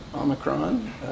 Omicron